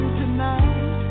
tonight